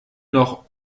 noch